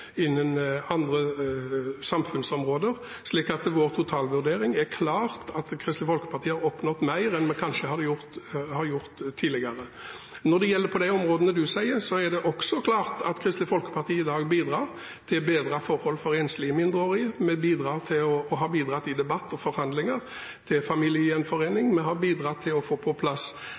innen skole og innen andre samfunnsområder. Vår totalvurdering er at Kristelig Folkeparti klart har oppnådd mer enn vi kanskje har gjort tidligere. Når det gjelder de områdene representanten snakker om, er det også klart at Kristelig Folkeparti i dag bidrar til å bedre forholdene for enslige mindreårige. Vi har bidratt i debatt og forhandlinger – og til familiegjenforening. Vi har med denne regjeringen bidratt til å få på plass